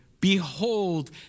Behold